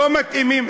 לא מתאימים,